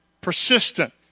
persistent